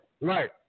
Right